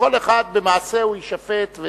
כל אחד במעשהו יישפט.